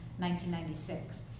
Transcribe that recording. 1996